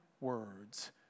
words